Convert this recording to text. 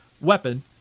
weapon